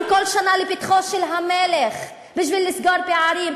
כל שנה לפתחו של המלך בשביל לסגור פערים.